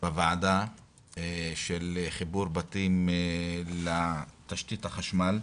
בוועדה של חיבור בתים לתשתית החשמל,